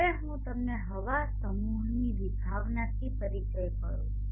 હવે હું તમને હવા સમૂહની વિભાવનાથી પરિચય કરું છું